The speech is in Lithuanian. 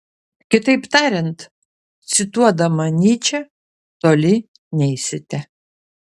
kitaip tariant cituodama nyčę toli neisite